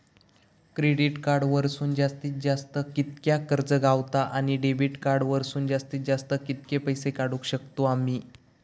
Credit card वरसून जास्तीत जास्त कितक्या कर्ज गावता, आणि डेबिट कार्ड वरसून जास्तीत जास्त कितके पैसे काढुक शकतू आम्ही?